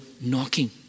knocking